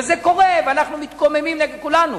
וזה קורה, ואנחנו מתקוממים נגד, כולנו.